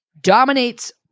dominates